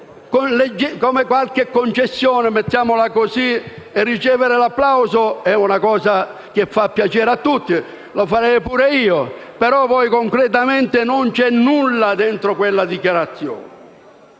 qualche concessione - mettiamola così - e ricevere l'applauso è una cosa che fa piacere a tutti (lo farei anche io). Poi, però, concretamente non vi è nulla dentro quella dichiarazione.